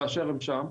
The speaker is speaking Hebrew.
באשר הם שם,